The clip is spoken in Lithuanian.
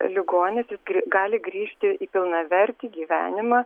ligonis gali grįžti į pilnavertį gyvenimą